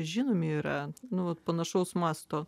žinomi yra nu vat panašaus masto